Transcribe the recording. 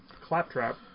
claptrap